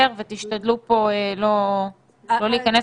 היתרון כבר על השולחן, לא צריך להמציא